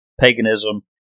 paganism